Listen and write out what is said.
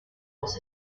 los